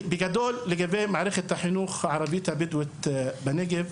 ובגדול, בעניין מערכת החינוך הבדואית בנגב.